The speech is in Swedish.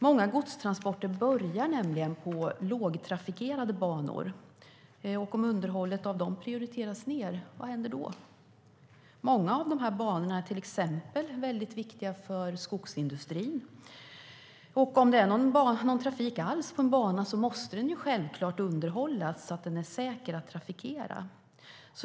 Många godstransporter börjar nämligen på lågtrafikerade banor. Om underhållet av dem prioriteras ned, vad händer då? Många av de här banorna är till exempel viktiga för skogsindustrin. Om det är någon trafik alls på en bana måste den självklart underhållas så att den är säker att trafikera.